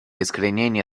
искоренения